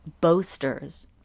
boasters